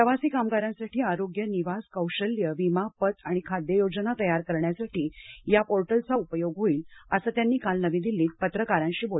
प्रवासी कामगारांसाठी आरोग्यनिवासकौशल्यविमापत आणि खाद्य योजना तयार करण्यासाठी या पोर्टल चा उपयोग होईल असं त्यांनी काल नवी दिल्लीत पत्रकारांशी बोलताना सांगितलं